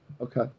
okay